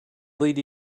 led